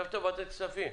ישבת בוועדת הכספים.